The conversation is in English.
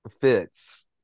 fits